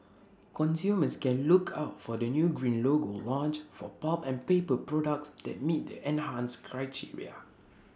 consumers can look out for the new green logo launched for pulp and paper products that meet the enhanced criteria